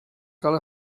cal